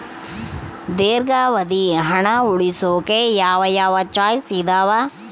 ದೇರ್ಘಾವಧಿ ಹಣ ಉಳಿಸೋಕೆ ಯಾವ ಯಾವ ಚಾಯ್ಸ್ ಇದಾವ?